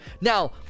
Now